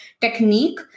technique